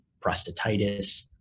prostatitis